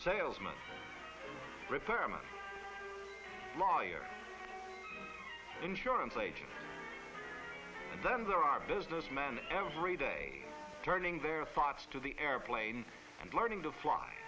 salesman preferment lawyer insurance agent then there are businessman every day turning their thoughts to the airplane and learning to fly